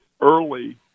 early